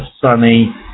sunny